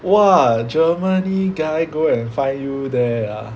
!wah! Germany guy go and find you there ah